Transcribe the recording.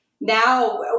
now